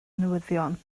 newyddion